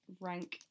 rank